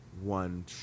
one